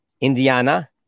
Indiana